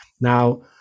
Now